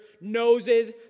noses